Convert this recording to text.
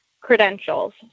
credentials